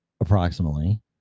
approximately